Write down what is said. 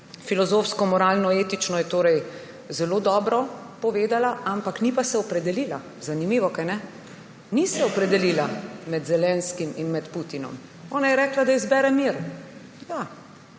Filozofsko, moralno, etično je torej zelo dobro povedala, ni pa se opredelila. Zanimivo, kajne? Ni se opredelila med Zelenskim in Putinom. Ona je rekla, da izbere mir. Ja,